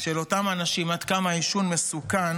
של אותם אנשים עד כמה העישון מסוכן,